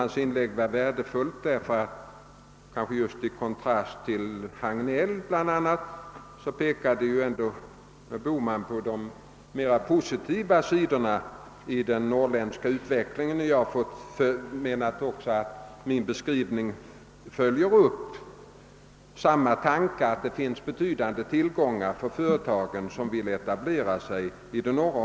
Hans inlägg var värdefullt, och i motsats till bl.a. herr Hagnell påpekade herr Bohman de positiva sidorna i den norrländska utvecklingen. Jag har också förmenat att min beskrivning innehåller samma tankegång, nämligen att det finns betydande tillgångar för företag som vill etablera sig i norr.